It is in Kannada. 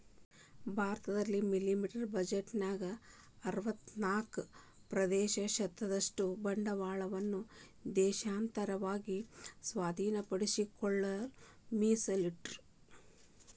ಭಾರತದ ಮಿಲಿಟರಿ ಬಜೆಟ್ನ್ಯಾಗ ಅರವತ್ತ್ನಾಕ ಪ್ರತಿಶತದಷ್ಟ ಬಂಡವಾಳವನ್ನ ದೇಶೇಯವಾಗಿ ಸ್ವಾಧೇನಪಡಿಸಿಕೊಳ್ಳಕ ಮೇಸಲಿಟ್ಟರ